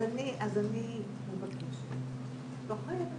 אז אני מבקשת, את לא חייבת.